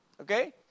Okay